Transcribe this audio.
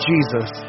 Jesus